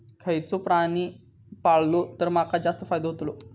खयचो प्राणी पाळलो तर माका जास्त फायदो होतोलो?